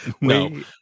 No